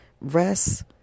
rest